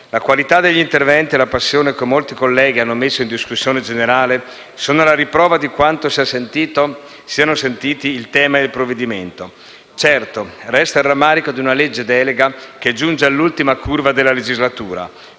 la qualità degli interventi e la passione che molti colleghi hanno messo in discussione generale sono la riprova di quanto siano sentiti il tema e il provvedimento. Certo, resta il rammarico di una legge delega che giunge all'ultima curva della legislatura.